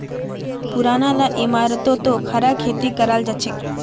पुरना ला इमारततो खड़ा खेती कराल जाछेक